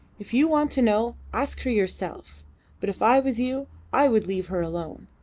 if you want to know, ask her yourself but if i was you i would leave her alone.